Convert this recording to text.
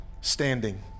standing